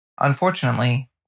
Unfortunately